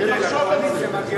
צריך לחשוב על זה.